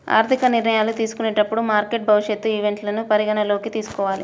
ఆర్థిక నిర్ణయాలు తీసుకునేటప్పుడు మార్కెట్ భవిష్యత్ ఈవెంట్లను పరిగణనలోకి తీసుకోవాలి